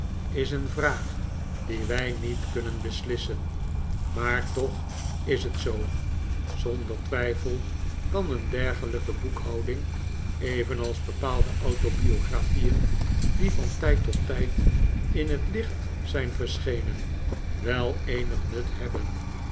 is een vraag die wij niet kunnen beslissen maar toch is het zoo zonder twijfel kan een dergelijke boekhouding evenals bepaalde auto biografieen die van tijd tot tijd in het licht zijn verschenen wel eenig nut hebben